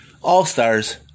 All-Stars